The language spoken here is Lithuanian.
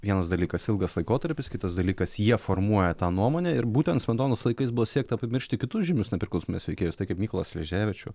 vienas dalykas ilgas laikotarpis kitas dalykas jie formuoja tą nuomonę ir būten smetonos laikais buvo siekta pamiršti kitus žymius nepriklausomybės veikėjus mykolą sleževičių